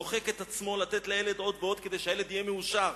דוחק את עצמו לתת לילד עוד ועוד כדי שהילד יהיה מאושר.